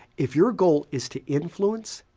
if your goal is to influence,